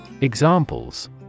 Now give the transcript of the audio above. Examples